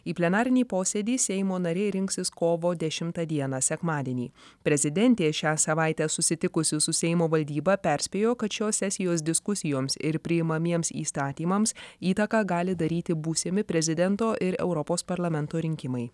į plenarinį posėdį seimo nariai rinksis kovo dešimtą dieną sekmadienį prezidentė šią savaitę susitikusi su seimo valdyba perspėjo kad šios sesijos diskusijoms ir priimamiems įstatymams įtaką gali daryti būsimi prezidento ir europos parlamento rinkimai